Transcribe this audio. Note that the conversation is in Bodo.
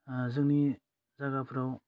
ओह जोंनि जागाफ्राव